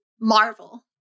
marvel